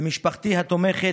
למשפחתי התומכת,